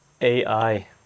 ai